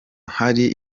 hari